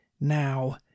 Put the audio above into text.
now